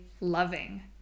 loving